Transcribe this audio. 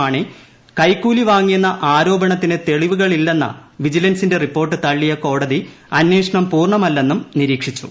മാണി കൈക്കൂലി വാങ്ങിയെന്ന ആരോപണത്തിന് തെളിവുകളില്ലെന്ന വിജിലൻസിന്റെ റിപ്പോർട്ട് തള്ളിയ കോടതി അന്വേഷണം പൂർണമല്ലെന്നും നിരീക്ഷിച്ചു